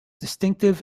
distinctive